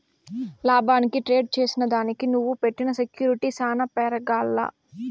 లాభానికి ట్రేడ్ చేసిదానికి నువ్వు పెట్టిన సెక్యూర్టీలు సాన పెరగాల్ల